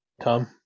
Tom